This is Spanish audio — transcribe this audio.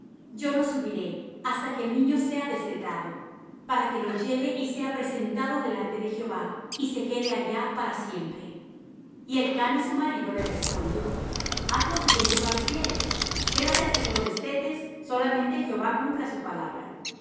yo no subiré hasta que el niño sea destetado para que lo lleve y sea presentado delante de jehová y se quede allá para siempre y elcana su marido le respondió haz lo que bien te pareciere quédate hasta que lo destetes solamente jehová cumpla su palabra